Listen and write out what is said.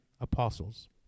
apostles